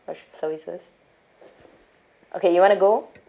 for s~ services okay you want to go